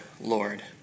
Lord